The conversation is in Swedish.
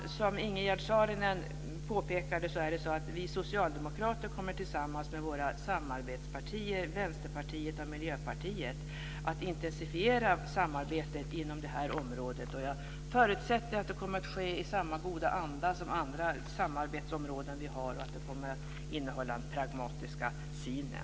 Som Ingegerd Saarinen påpekade kommer vi socialdemokrater att tillsammans med våra samarbetspartier, Vänsterpartiet och Miljöpartiet, intensifiera samarbetet inom det här området. Jag förutsätter att det kommer att ske i samma goda anda som på våra andra samarbetsområden, och att det kommer att innehålla den pragmatiska synen.